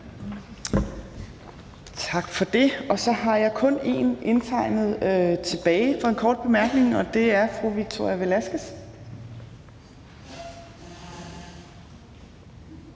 Tak for det. Så har jeg kun én indtegnet tilbage for en kort bemærkning, og det er fru Victoria Velasquez.